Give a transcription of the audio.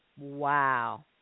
Wow